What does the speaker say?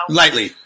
lightly